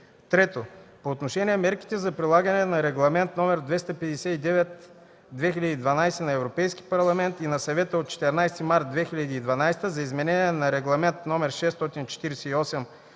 3. По отношение мерките за прилагане на Регламент (ЕС) № 259/2012 на Европейския парламент и на Съвета от 14 март 2012 г. за изменение на Регламент (ЕО) № 648/2004